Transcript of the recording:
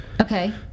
Okay